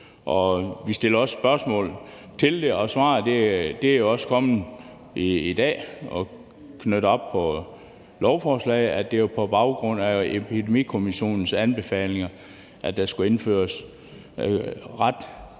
Vi stillede også spørgsmål til det, og svaret er også kommet i dag, og det er knyttet op på lovforslaget, at det var på baggrund af Epidemikommissionens anbefalinger, at der skulle indføres en